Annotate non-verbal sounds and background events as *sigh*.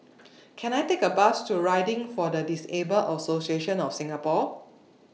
*noise* Can I Take A Bus to Riding For The Disabled Association of Singapore